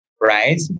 right